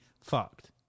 fucked